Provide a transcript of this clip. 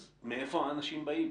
אז מאיפה האנשים באים?